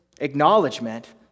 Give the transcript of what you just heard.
acknowledgement